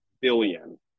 billion